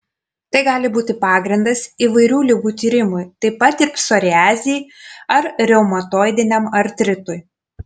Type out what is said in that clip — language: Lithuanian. tai gali būti pagrindas įvairių ligų tyrimui taip pat ir psoriazei ar reumatoidiniam artritui